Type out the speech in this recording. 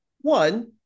One